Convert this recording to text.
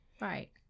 Right